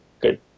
good